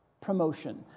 promotion